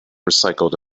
recycled